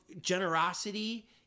generosity